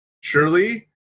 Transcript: surely